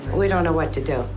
we don't know what to do.